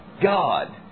God